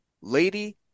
Lady